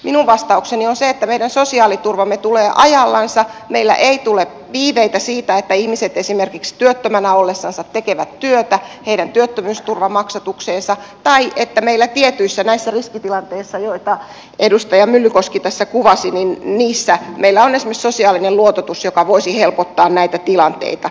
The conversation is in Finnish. minun vastaukseni on se että meidän sosiaaliturvamme tulee ajallansa meillä ei tule viiveitä työttömyysturvamaksatukseen siitä että ihmiset esimerkiksi työttöminä ollessansa tekevät työtä tai meillä tietyissä riskitilanteissa joita edustaja myllykoski tässä kuvasi on esimerkiksi sosiaalinen luototus joka voisi helpottaa näitä tilanteita